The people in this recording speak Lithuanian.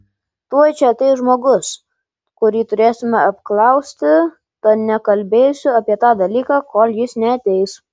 tuoj čia ateis žmogus kurį turėsime apklausti tad nekalbėsiu apie tą dalyką kol jis neateis